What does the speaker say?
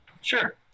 Sure